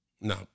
No